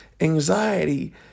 Anxiety